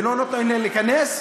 ולא נותנים להם להיכנס?